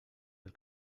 del